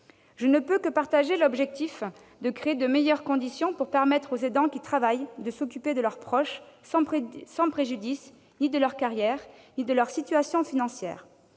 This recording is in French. Je ne peux que partager l'objectif de créer de meilleures conditions pour permettre aux aidants qui travaillent de s'occuper de leurs proches sans que cela porte préjudice à leur carrière ou à leur situation financière.